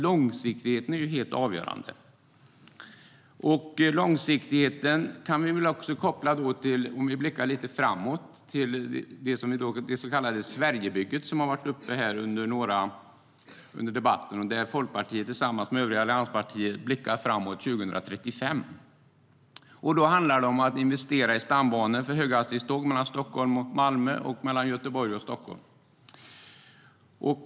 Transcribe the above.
Långsiktigheten är helt avgörande. Låt oss blicka lite framåt till frågan om det så kallade Sverigebygget, som har varit uppe under debatten. Folkpartiet tillsammans med övriga allianspartier blickar framåt till 2035. Det handlar om att investera i stambanor för höghastighetståg mellan Stockholm och Malmö samt Göteborg och Stockholm.